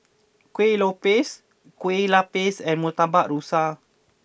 Kueh Lopes Kueh Lapis and Murtabak Rusa